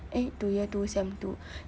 eh to year two sem two